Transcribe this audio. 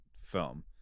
film